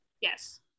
Yes